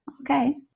okay